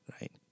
right